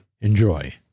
Enjoy